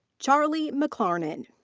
charlie mcclarnon.